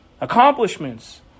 Accomplishments